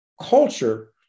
culture